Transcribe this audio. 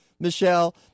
Michelle